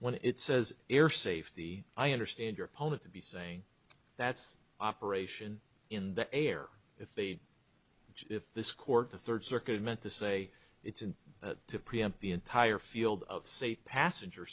when it says air safety i understand your opponent to be saying that's operation in the air if they'd just if this court the third circuit meant to say it's in to preempt the entire field of say passenger